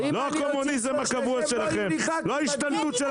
לא הקומוניזם הקבוע שלכם,